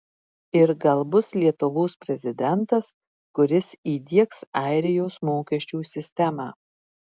ir gal bus lietuvos prezidentas kuris įdiegs airijos mokesčių sistemą